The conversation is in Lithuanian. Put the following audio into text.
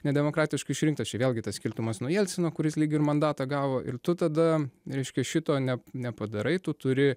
nedemokratiškai išrinktas čia vėlgi tas skirtumas nuo jelcino kuris lyg ir mandatą gavo ir tu tada reiškia šito ne nepadarai tu turi